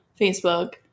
Facebook